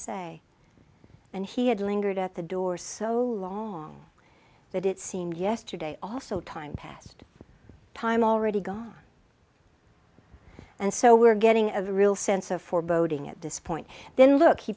say and he had lingered at the door so long that it seemed yesterday also time past time already gone and so we're getting a real sense of foreboding at this point then look he